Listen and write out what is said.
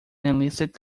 illicit